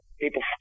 people